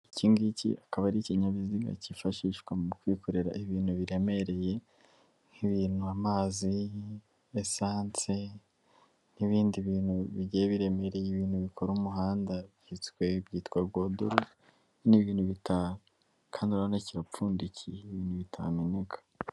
Iki ngiki akaba ari ikinkinyabiziga cyifashishwa mu kwikorera ibintu biremereye nk'ibintu; amazi, esansi n'ibindi bintu bigiye biremereye, ibintu bikora umuhanda byitwa godolo n'ibintu bita, Kandi urabona kirapfundikiye, ni ibintu bitameneka.